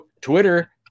Twitter